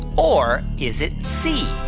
or is it c,